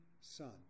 son